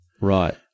right